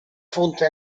fonte